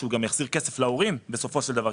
הוא גם יחזיר כסף להורים בסופו של דבר,